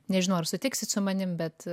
nežinau ar sutiksit su manimi bet